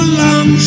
long